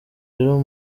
rero